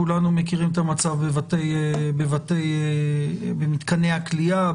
כולנו מכירים את המצב במתקני הכליאה,